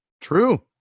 True